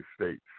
States